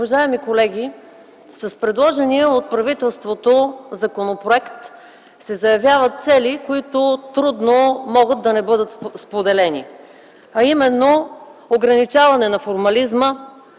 Уважаеми колеги, с предложения от правителството законопроект се заявяват цели, които трудно могат да не бъдат споделени, а именно ограничаване на формализма,